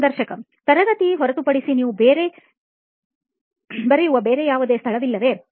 ಸಂದರ್ಶಕ ತರಗತಿಯಲ್ಲಿ ಹೊರತುಪಡಿಸಿ ಮತ್ತು ನೀವು ಬರೆಯುವ ಬೇರೆ ಯಾವುದೇ ಸ್ಥಳವಲ್ಲವೇ